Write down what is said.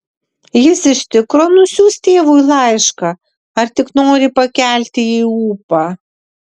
jis iš tikro nusiųs tėvui laišką ar tik nori pakelti jai ūpą